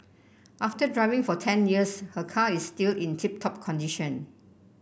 after driving for ten years her car is still in tip top condition